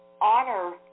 Honor